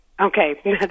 Okay